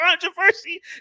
controversy